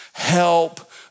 help